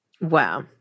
Wow